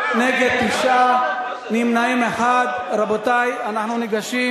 למה בגלל שהוא אמר,